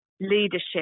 leadership